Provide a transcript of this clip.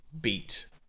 beat